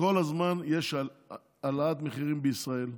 כל הזמן יש העלאת מחירים בישראל.